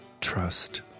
Trust